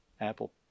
Apple